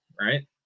right